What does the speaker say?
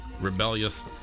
rebellious